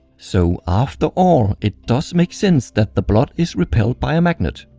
so afterall, it does make sense that the blood is repelled by a magnet.